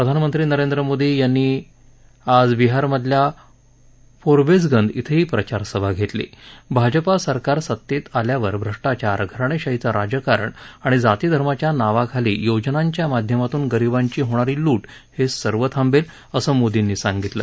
प्रधानमंत्री नरेंद्र मोदी यांनी आज बिहारमधल्या फोरबेसगंज सत्तेत आल्यावर भ्रष्टाचार घराणेशाहीचं राजकारण आणि जातीधर्माच्या नावाखाली योजनांच्या माध्यमातून गरीबांची होणारी लूट हे सर्व थांबेल असं मोर्दीनी सागितलं